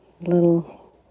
Little